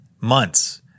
months